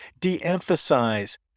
de-emphasize